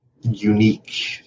unique